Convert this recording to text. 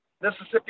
Mississippi